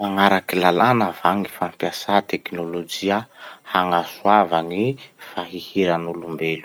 Magnaraky lalàna va gny fampiasà tekinolojia hagnasoava gny fahihiran'olombelo?